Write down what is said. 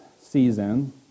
season